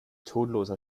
tonloser